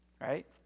right